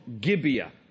Gibeah